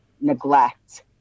neglect